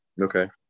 Okay